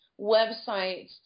websites